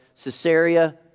Caesarea